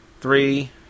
three